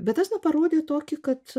bet tas na parodė tokį kad